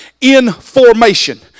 Information